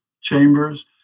chambers